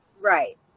right